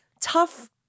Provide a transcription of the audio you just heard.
tough